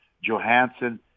Johansson